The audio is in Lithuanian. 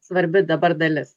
svarbi dabar dalis